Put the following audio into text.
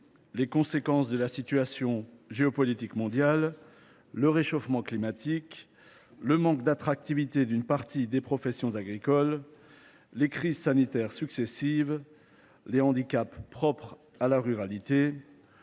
les conséquences de la situation géopolitique mondiale, le réchauffement climatique, le manque d’attractivité d’une partie des professions agricoles, les crises sanitaires successives, les handicaps propres à la ruralité,